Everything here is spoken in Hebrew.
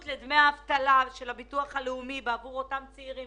לדמי אבטלה של הביטוח הלאומי עבור אותם צעירים